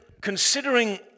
considering